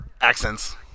accents